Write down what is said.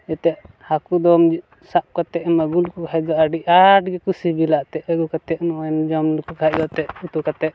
ᱱᱤᱛᱚᱜ ᱦᱟᱹᱠᱩ ᱫᱚᱢ ᱥᱟᱵ ᱠᱟᱛᱮᱫ ᱮᱢ ᱟᱹᱜᱩ ᱞᱮᱠᱚ ᱠᱷᱟᱡ ᱫᱚ ᱟᱹᱰᱤ ᱟᱸᱴ ᱜᱮᱠᱚ ᱥᱤᱵᱤᱞᱟᱛᱮ ᱟᱹᱜᱩ ᱠᱟᱛᱮᱫ ᱱᱚᱜᱼᱚᱸᱭ ᱮᱢ ᱡᱚᱢ ᱞᱮᱠᱚ ᱠᱷᱟᱡ ᱩᱛᱩ ᱠᱟᱛᱮᱫ